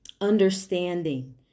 understanding